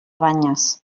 banyes